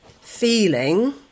feeling